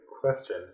question